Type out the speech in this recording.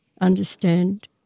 understand